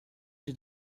did